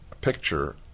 picture